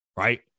Right